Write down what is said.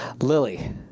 Lily